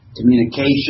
communication